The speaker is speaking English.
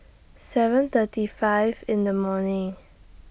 seven thirty five in The morning